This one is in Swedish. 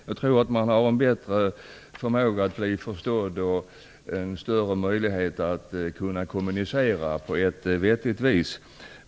Jag tror att de har bättre förmåga att bli förstådda och större möjligheter att kommunicera på ett vettigt vis.